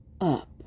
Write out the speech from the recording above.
up